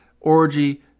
Orgy